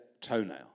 toenail